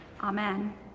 Amen